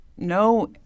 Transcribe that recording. no